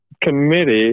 Committee